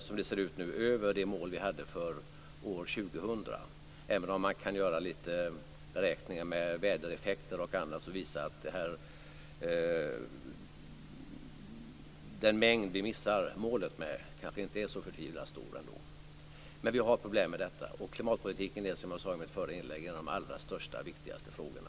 Som det ser ut nu ligger vi över det mål som vi hade för år 2000, även om man kan göra lite beräkningar med vädereffekter och annat som visar att den mängd som vi missar målet med kanske inte är så förtvivlat stor. Men vi har problem med detta. Klimatpolitiken är, som jag sade i mitt förra inlägg, en av de allra största och viktigaste frågorna.